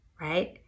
right